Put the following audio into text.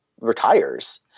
retires